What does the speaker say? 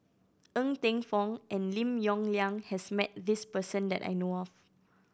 Ng Teng Fong and Lim Yong Liang has met this person that I know of